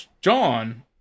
John